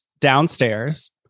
downstairs